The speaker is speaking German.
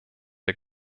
der